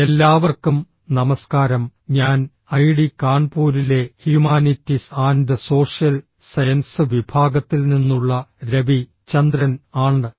എല്ലാവർക്കും നമസ്കാരം ഞാൻ ഐഐടി കാൺപൂരിലെ ഹ്യുമാനിറ്റീസ് ആൻഡ് സോഷ്യൽ സയൻസസ് വിഭാഗത്തിൽ നിന്നുള്ള രവി ചന്ദ്രൻ ആണ്